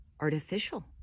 artificial